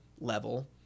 level